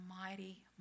mighty